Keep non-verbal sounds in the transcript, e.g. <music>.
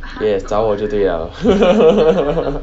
yes 找我就对了 <laughs>